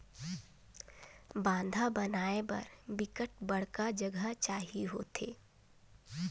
बांधा बनाय बर बिकट बड़का जघा चाही होथे